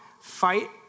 fight